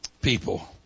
people